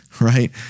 right